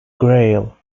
grail